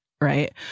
Right